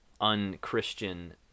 un-Christian